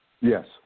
Yes